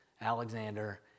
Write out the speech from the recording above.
Alexander